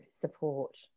support